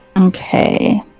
Okay